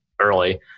early